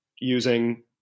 using